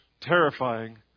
terrifying